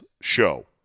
show